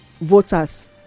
voters